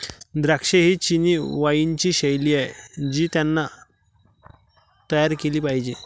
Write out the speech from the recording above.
द्राक्षे ही चिनी वाइनची शैली आहे जी त्यांनी तयार केली पाहिजे